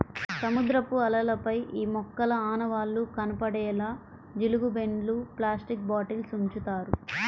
సముద్రపు అలలపై ఈ మొక్కల ఆనవాళ్లు కనపడేలా జీలుగు బెండ్లు, ప్లాస్టిక్ బాటిల్స్ ఉంచుతారు